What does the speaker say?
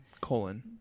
Colon